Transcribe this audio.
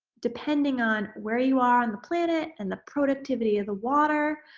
depending on where you are on the planet and the productivity of the water,